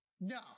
No